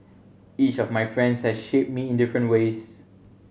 each of my friends has shaped me in different ways